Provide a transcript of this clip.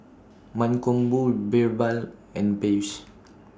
Mankombu Birbal and Peyush